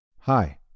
Hi